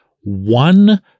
one